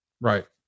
Right